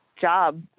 job